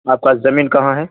آپ کااس زمین کہاں ہے